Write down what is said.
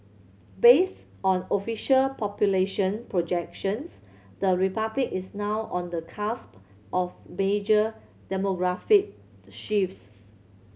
based on official population projections the Republic is now on the cusp of major demographic shifts